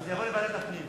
שזה יעבור לוועדת הפנים.